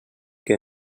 que